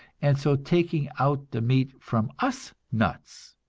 and so taking out the meat from us nuts!